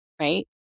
right